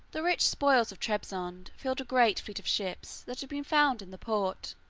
the rich spoils of trebizond filled a great fleet of ships that had been found in the port.